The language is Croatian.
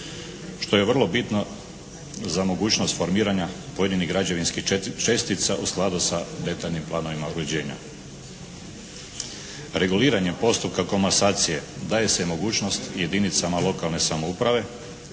što je vrlo bitno za mogućnost formiranja pojedinih građevinskih čestica u skladu sa detaljnim planovima uređenja. Reguliranjem postupka komasacije daje se mogućnost jedinicama lokalne samouprave